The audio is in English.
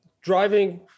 driving